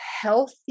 healthy